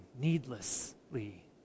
needlessly